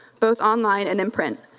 both online and in print.